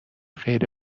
غیر